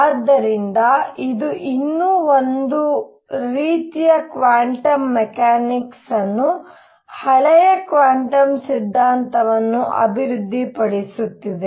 ಆದ್ದರಿಂದ ಇದು ಇನ್ನೂ ಒಂದು ರೀತಿಯ ಕ್ವಾಂಟಮ್ ಮೆಕ್ಯಾನಿಕ್ಸ್ ಅನ್ನು ಹಳೆಯ ಕ್ವಾಂಟಮ್ ಸಿದ್ಧಾಂತವನ್ನು ಅಭಿವೃದ್ಧಿಪಡಿಸುತ್ತಿದೆ